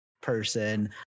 person